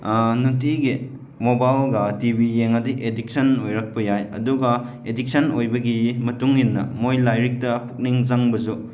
ꯅꯨꯡꯇꯤꯒꯤ ꯃꯣꯕꯥꯏꯜꯒ TV ꯌꯦꯡꯉꯗꯤ ꯑꯦꯗꯤꯛꯁꯟ ꯑꯣꯏꯔꯛꯄ ꯌꯥꯏ ꯑꯗꯨꯒ ꯑꯦꯗꯤꯛꯁꯟ ꯑꯣꯏꯕꯒꯤ ꯃꯇꯨꯡ ꯏꯟꯅ ꯃꯣꯏ ꯂꯥꯏꯔꯤꯛꯇ ꯄꯨꯛꯅꯤꯡ ꯆꯪꯕꯁꯨ